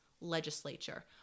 legislature